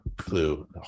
flu